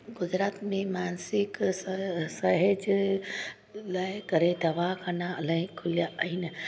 गुजरात में मानसिक स साहिज लाइ करे दवाखाना इलाही खुलिया आहिनि